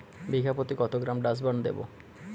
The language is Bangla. বিঘাপ্রতি কত গ্রাম ডাসবার্ন দেবো?